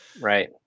Right